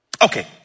Okay